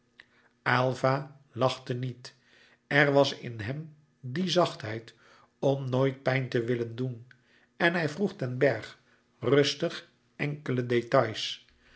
aylva lachte niet er was in hem die zachtheid om nooit pijn te willen doen en hij vroeg den bergh rustig enkele détails